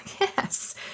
Yes